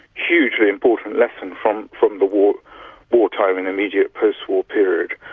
hugely important lesson from from the wartime wartime and immediate post-war period,